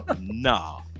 nah